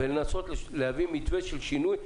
ולנסות להביא למתווה של שינוי,